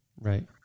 right